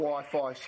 Wi-Fi